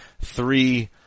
three